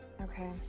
Okay